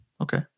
okay